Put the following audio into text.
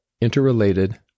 interrelated